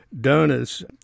donors